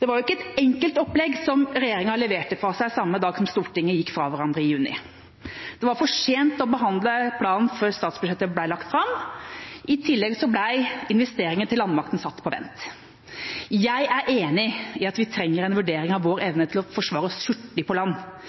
Det var ikke et enkelt opplegg regjeringa leverte fra seg samme dag som Stortinget gikk fra hverandre i juni. Det var for sent å behandle planen før statsbudsjettet ble lagt fram. I tillegg ble investeringer i landmakten satt på vent. Jeg er enig i at vi trenger en vurdering av vår evne til å forsvare oss hurtig på land,